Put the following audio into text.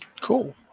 Cool